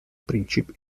principi